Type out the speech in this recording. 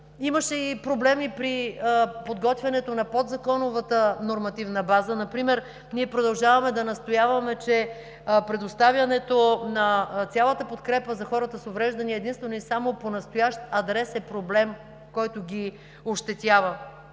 Имаше и проблеми при подготовката на подзаконовата нормативна база. Например ние продължаваме да настояваме, че предоставянето на цялата подкрепа за хората с увреждания единствено и само по настоящ адрес е проблем, който ги ощетява.